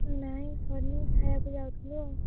ନାଇ ସରିନି ଖାଇବାକୁ ଯାଉଥିଲୁ ଆଉ